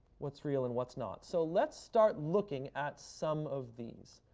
what's real and what's not. so let's start looking at some of these.